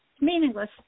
meaningless